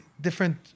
different